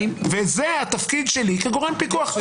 וזה התפקיד שלי כגורם פיקוח.